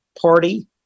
party